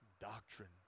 doctrine